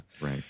right